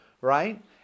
right